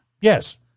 Yes